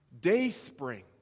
Dayspring